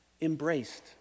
Embraced